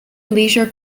leisure